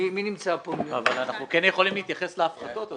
מי נמצא פה --- אבל כן יכולים להתייחס להפחתות,